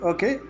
Okay